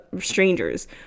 strangers